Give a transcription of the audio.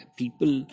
people